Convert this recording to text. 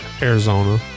Arizona